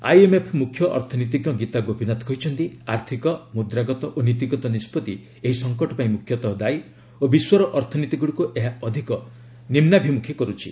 IMF ମୁଖ୍ୟ ଅର୍ଥନୀତିଜ୍ଞ ଗୀତା ଗୋପୀନାଥ କହିଛନ୍ତି ଆର୍ଥିକ ମୁଦ୍ରାଗତ ଓ ନୀତିଗତ ନିଷ୍ପଭି ଏହି ସଂକଟ ପାଇଁ ମୁଖ୍ୟତଃ ଦାୟୀ ଓ ବିଶ୍ୱର ଅର୍ଥନୀତିଗୁଡ଼ିକୁ ଏହା ଅଧିକ ନିମ୍ବାଭିମୁଖୀ କରୁଛି